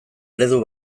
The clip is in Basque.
eredu